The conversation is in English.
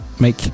make